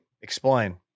Explain